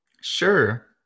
Sure